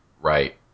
Right